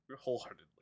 wholeheartedly